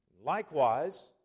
Likewise